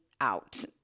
out